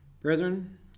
brethren